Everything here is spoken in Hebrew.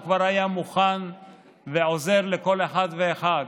הוא כבר היה מוכן ועוזר לכל אחד ואחד.